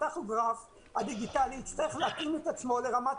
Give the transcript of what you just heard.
הטכוגרף הדיגיטלי יצטרך להתאים את עצמו לרמת